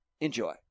Enjoy